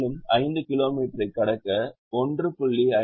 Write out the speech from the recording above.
மேலும் 5 கிலோமீட்டர் கடக்க 1